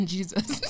Jesus